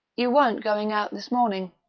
you weren't going out this morning.